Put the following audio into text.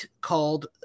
called